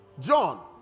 John